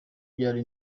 byari